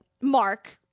Mark